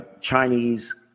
Chinese